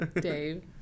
Dave